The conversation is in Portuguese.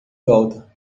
volta